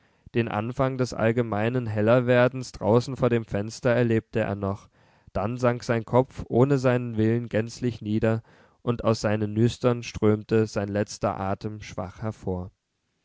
den anfang des allgemeinen hellerwerdens draußen vor dem fenster erlebte er noch dann sank sein kopf ohne seinen willen gänzlich nieder und aus seinen nüstern strömte sein letzter atem schwach hervor